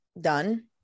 done